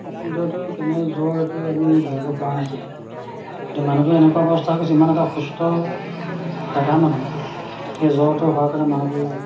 এই জ্বৰটো কেনে জ্বৰ এইটো আমি ধৰিব পৰা নাইকিয়া গতিকে মানুহটো এনেকুৱা অৱস্থা কৰিছে ইমান এটা সুস্থ ডেকা মানুহ সেই জ্বৰটো হোৱাৰ কাৰণে মানুহটো